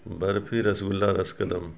barfi rasgulla ras کدم